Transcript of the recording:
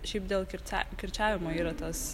šiaip dėl kircia kirčiavimo yra tas